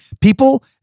People